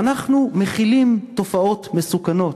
ואנחנו מכילים תופעות מסוכנות.